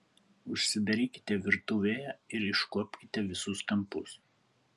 užsidarykite virtuvėje ir iškuopkite visus kampus